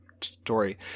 story